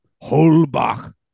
Holbach